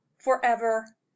forever